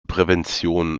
prävention